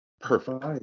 Perfect